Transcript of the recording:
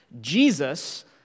Jesus